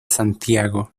santiago